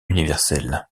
universel